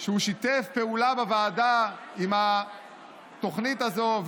שהוא שיתף פעולה בוועדה עם התוכנית הזאת,